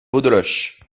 beaudeloche